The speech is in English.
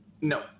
No